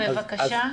בבקשה.